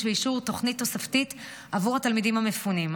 ואישור תוכנית תוספתית עבור התלמידים המפונים.